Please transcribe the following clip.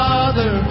Father